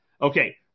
Okay